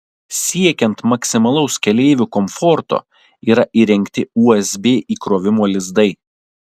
siekiant maksimalaus keleivių komforto yra įrengti usb įkrovimo lizdai